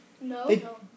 No